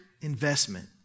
investment